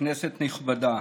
כנסת נכבדה,